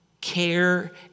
care